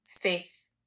faith